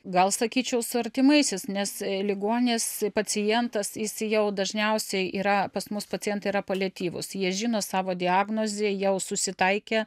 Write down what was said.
gal sakyčiau su artimaisiais nes ligoninės pacientas jis jau dažniausiai yra pas mus pacientai yra paliatyvūs jie žino savo diagnozę jau susitaikę